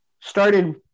Started